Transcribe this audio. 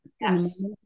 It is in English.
Yes